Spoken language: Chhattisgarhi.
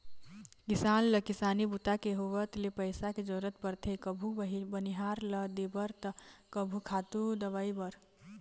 किसान ल किसानी बूता के होवत ले पइसा के जरूरत परथे कभू बनिहार ल देबर त कभू खातू, दवई बर